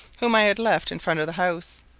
whom i had left in front of the house,